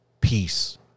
peace